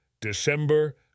December